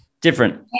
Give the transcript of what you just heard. different